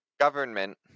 government